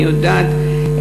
אני יודעת,